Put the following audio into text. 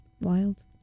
wild